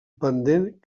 pendent